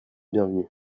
bienvenu